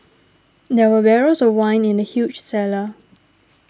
there were barrels of wine in the huge cellar